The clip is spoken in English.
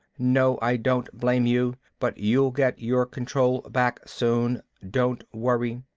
no, i don't blame you. but you'll get your control back, soon. don't worry.